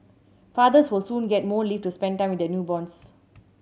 fathers will soon get more leave to spend time with their newborns